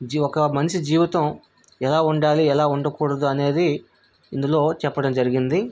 G ఒక మనిషి జీవితం ఎలా ఉండాలి ఎలా ఉండకూడదు అనేది ఇందులో చెప్పడం జరిగింది